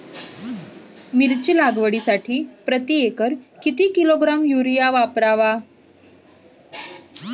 मिरची लागवडीसाठी प्रति एकर किती किलोग्रॅम युरिया वापरावा?